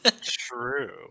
true